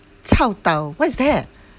chao tau what's that